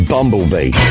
Bumblebee